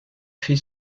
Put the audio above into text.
fait